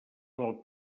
del